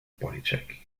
bodycheck